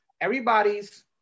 everybody's